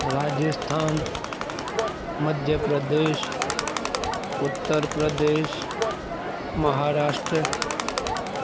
Rajasthan Madhya Pradesh Uttar Pradesh Maharashtra